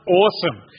awesome